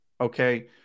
Okay